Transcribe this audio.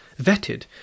vetted